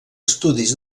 estudis